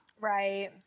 Right